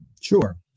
Sure